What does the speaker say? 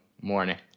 Morning